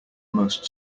most